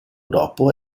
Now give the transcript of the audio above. dopo